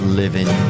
living